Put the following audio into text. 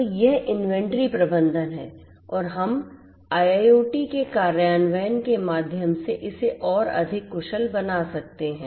तो यह इन्वेंट्री प्रबंधन है और हम IIoT के कार्यान्वयन के माध्यम से इसे और अधिक कुशल बना सकते हैं